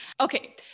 Okay